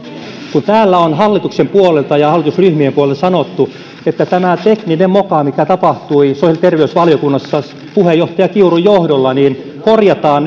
asialla täällä on hallituksen puolelta ja hallitusryhmien puolelta sanottu että tämä tekninen moka mikä tapahtui sosiaali ja terveysvaliokunnassa puheenjohtaja kiurun johdolla korjataan